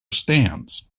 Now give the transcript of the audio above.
stands